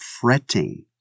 fretting